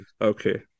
Okay